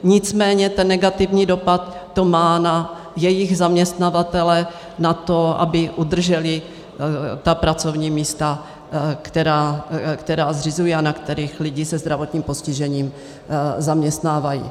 Nicméně negativní dopad to má na jejich zaměstnavatele, na to, aby udrželi ta pracovní místa, která zřizují a na kterých lidi se zdravotním postižením zaměstnávají.